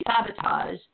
sabotage